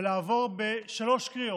ולעבור בשלוש קריאות.